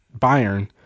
Bayern